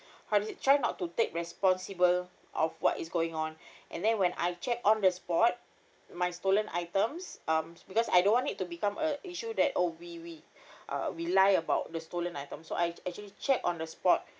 how's it try not to take responsible of what is going on and then when I check on the spot my stolen items um because I don't want it to become a issue that oh we we uh we lie about the stolen item so I actually check on the spot